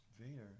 Vader